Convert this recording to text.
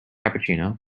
cappuccino